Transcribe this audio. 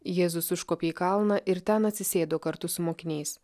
jėzus užkopė į kalną ir ten atsisėdo kartu su mokiniais